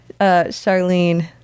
Charlene